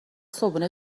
صبحونه